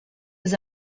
was